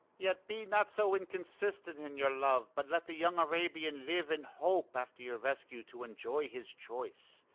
yet be not so inconstant in your love, but let the young arabian live in hope, after your rescue to enjoy his choice.